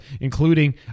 including